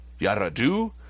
Yaradu